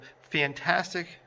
fantastic